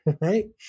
right